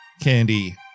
Candy